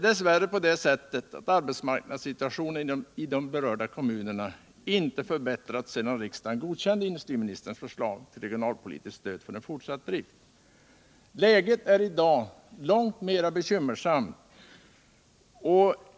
Det är dess värre så att arbetsmarknadssituationen inom de berörda kommunerna inte har förbättrats sedan riksdagen godkände industriministerns förslag till regionalpolitiskt stöd för en fortsatt drift. Läget är i dag långt mera bekymmersamt.